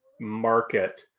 market